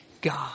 God